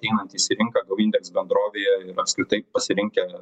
ateinantys į rinką gou indeks bendrovėje ir apskritai pasirinkę